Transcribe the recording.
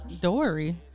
Dory